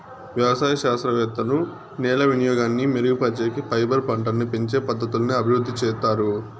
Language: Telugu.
వ్యవసాయ శాస్త్రవేత్తలు నేల వినియోగాన్ని మెరుగుపరిచేకి, ఫైబర్ పంటలని పెంచే పద్ధతులను అభివృద్ధి చేత్తారు